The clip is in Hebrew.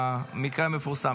המקרה המפורסם.